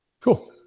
Cool